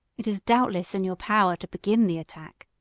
it is doubtless in your power to begin the attack,